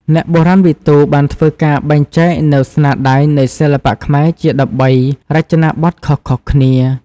អ្នកបុរាណវិទូ បានធ្វើការបែងចែកនូវស្នាដៃនៃសិល្បៈខ្មែរជា ១៣ រចនាបថខុសៗគ្នា។